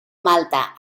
malta